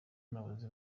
nabuze